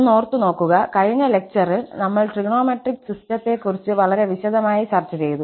ഒന്നോർത്തുനോക്കുക കഴിഞ്ഞ ലെക്ചരിൽ നമ്മൾ ട്രിഗണോമെട്രിക് സിസ്റ്റത്തെ കുറിച് വളരെ വിശദമായി ചർച്ച ചെയ്തു